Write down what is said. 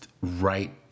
right